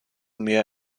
mehr